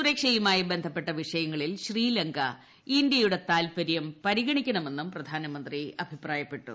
സുരക്ഷയുമായി ബന്ധപ്പെട്ട വിഷയങ്ങളിൽ ശ്രീലങ്ക ഇന്ത്യയുടെ താൽപര്യം പരിഗണിക്കണമെന്നും പ്രധാനമന്ത്രി അഭിപ്രായപ്പെട്ടു